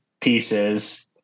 pieces